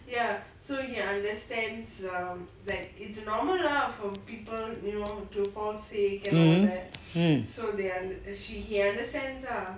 mm hmm